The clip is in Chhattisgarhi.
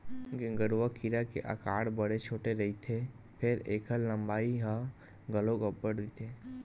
गेंगरूआ कीरा के अकार बड़े छोटे रहिथे फेर ऐखर लंबाई ह घलोक अब्बड़ रहिथे